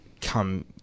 come